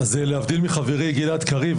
להבדיל מחברי גלעד קריב,